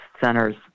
centers